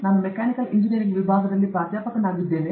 ನಾನು mechanical engineering ವಿಭಾಗದಲ್ಲಿ ಪ್ರಾಧ್ಯಾಪಕರಾಗಿದ್ದೇನೆ